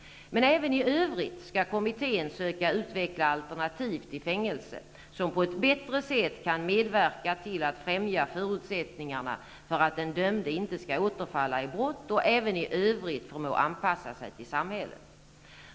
Men även i övrigt skall kommittén söka utveckla alternativ till fängelse som på ett bättre sätt kan medverka till att främja förutsättningarna för att den dömde inte skall återfalla i brott och även i övrigt förmå anpassa sig till samhället.